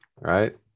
right